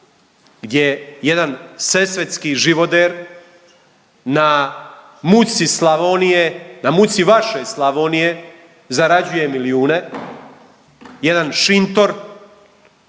gdje jedan sesvetski živoder na muci Slavonije, na muci vaše Slavonije zarađuje milijune, jedan šintor,